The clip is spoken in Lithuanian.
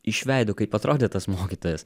iš veido kaip atrodė tas mokytojas